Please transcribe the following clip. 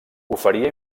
oferia